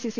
CC